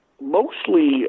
mostly